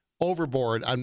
overboard